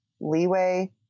leeway